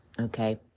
Okay